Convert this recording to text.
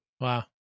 wow